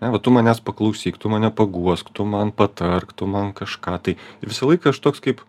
ne va tu manęs paklausyk tu mane paguosk tu man patark tu man kažką tai visąlaik aš toks kaip